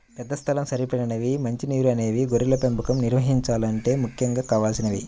పెద్ద స్థలం, సరిపడినన్ని మంచి నీరు అనేవి గొర్రెల పెంపకం నిర్వహించాలంటే ముఖ్యంగా కావలసినవి